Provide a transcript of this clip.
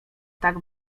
tak